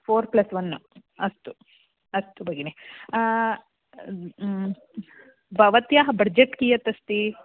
four plus one अस्तु अस्तु भगिनि भवत्याः बड्जेट् कियत् अस्ति